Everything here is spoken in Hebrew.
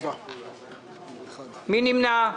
מי נמנע?